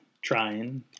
trying